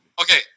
Okay